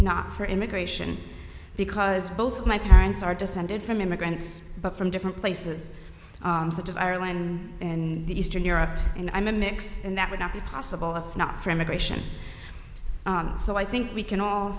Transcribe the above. not for immigration because both my parents are descended from immigrants but from different places such as ireland and eastern europe and i'm a mix and that would not be possible if not for immigration so i think we can all